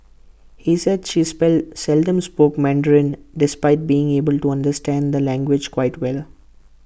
he said she spell seldom spoke Mandarin despite being able to understand the language quite well